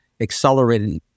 accelerated